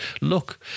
look